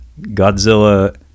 Godzilla